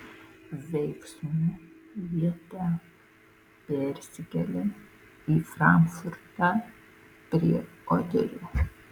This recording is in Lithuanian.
veiksmo vieta persikelia į frankfurtą prie oderio